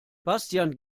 bastian